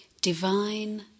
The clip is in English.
divine